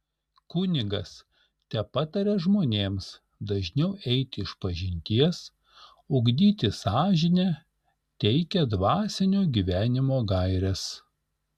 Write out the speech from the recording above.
kunigas tepataria žmonėms dažniau eiti išpažinties ugdyti sąžinę teikia dvasinio gyvenimo gaires